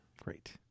Great